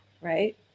Right